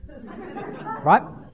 Right